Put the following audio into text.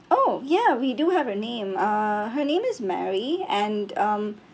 oh ya we do have her name uh her name is mary and um